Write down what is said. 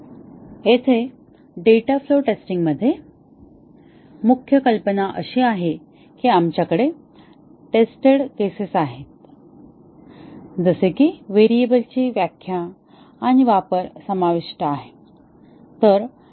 येथे data flow टेस्टिंगमध्ये मुख्य कल्पना अशी आहे की आमच्याकडे टेटेस्ट केसेस आहेत जसे की व्हेरिएबल्सची व्याख्या आणि वापर समाविष्ट आहेत